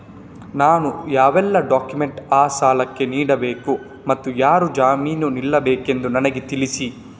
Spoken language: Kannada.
ನಾನು ಯಾವೆಲ್ಲ ಡಾಕ್ಯುಮೆಂಟ್ ಆ ಸಾಲಕ್ಕೆ ನೀಡಬೇಕು ಮತ್ತು ಯಾರು ಜಾಮೀನು ನಿಲ್ಲಬೇಕೆಂದು ನನಗೆ ತಿಳಿಸಿ?